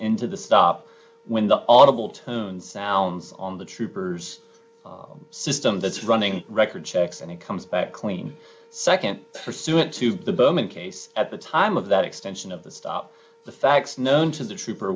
into the stop when the audible tone sounds on the troopers system that's running record checks and he comes back clean nd pursuant to the berman case at the time of that extension of the stop the facts known to the troop